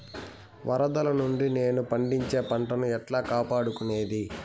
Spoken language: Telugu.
వరదలు నుండి నేను పండించే పంట ను ఎట్లా కాపాడుకునేది?